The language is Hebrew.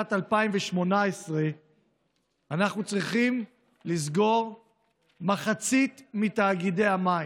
אנחנו צריכים לסגור מחצית מתאגידי המים.